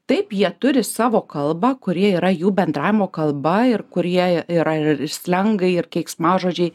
taip jie turi savo kalbą kuri yra jų bendravimo kalba ir kur jie yra ir slengai ir keiksmažodžiai